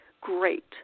Great